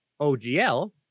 OGL